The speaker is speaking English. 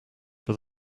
but